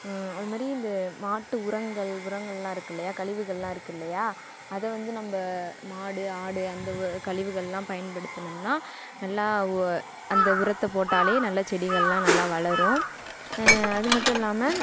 அதுமாதிரி இந்த மாட்டு உரங்கள் உரங்களெலாம் இருக்குது இல்லையா கழிவுகள்லாம் இருக்குது இல்லையா அதை வந்து நம்ப மாடு ஆடு அந்த கழிவுகள்லாம் பயன்படுத்துனோம்னா நல்லா அந்த உரத்தை போட்டாலே நல்ல செடிகளெலாம் நல்லா வளரும் அது மட்டும் இல்லாமல்